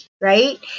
right